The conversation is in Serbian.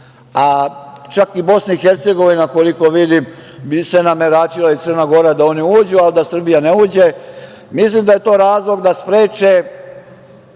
a čak i BiH, koliko vidim, bi se nameračila i Crna Gora, da one uđu, a da Srbija ne uđe. Mislim da je to razlog da spreče